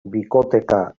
bikoteka